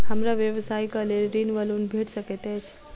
हमरा व्यवसाय कऽ लेल ऋण वा लोन भेट सकैत अछि?